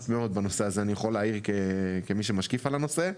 מאוד בנושא הזה אני יכול להעיר כמי שמשקיף על הנושא.